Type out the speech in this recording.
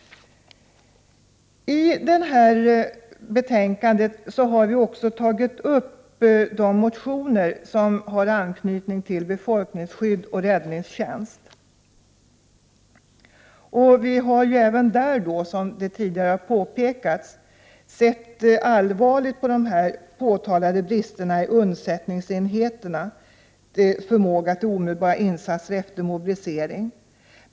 I det här betänkandet behandlas också de motioner som berör befolkningsskydd och räddningstjänst. Som tidigare framhållits har vi sett allvarligt på de påtalade bristerna i undsättningsenheterna, som skall kunna göra omedelbara insatser efter mobilisering.